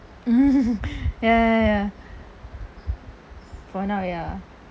ya ya ya for now ya